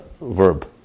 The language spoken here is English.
verb